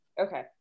Okay